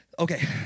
Okay